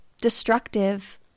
destructive